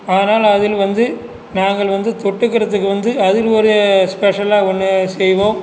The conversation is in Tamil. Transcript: ஆனால் அதில் வந்து நாங்கள் வந்து தொட்டுக்கறதுக்கு வந்து அதில் ஒரு ஸ்பெஷல்லா ஒன்று செய்வோம்